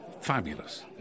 fabulous